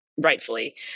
rightfully